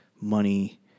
money